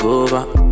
over